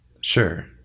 Sure